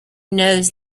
knows